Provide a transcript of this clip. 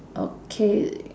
okay